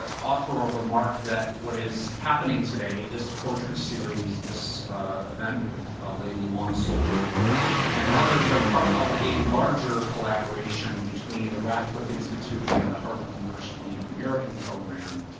ah offer a remark. what is happening today, this poetry series, this event with layli long soldier and others are part of a larger collaboration, between the radcliffe institute and the harvard university native american program,